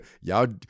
y'all